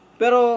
pero